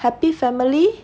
happy family